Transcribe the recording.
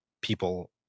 people